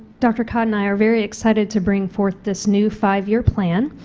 dr codd and i are very excited to bring forth this new five-year plan.